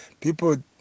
people